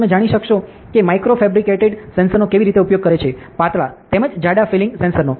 તમે એ પણ જાણી શકો છો કે માઇક્રોફેબ્રિકેટેડ સેન્સરનો કેવી રીતે ઉપયોગ કરે છે પાતળા તેમજ જાડા ફિલિંગ સેન્સરનો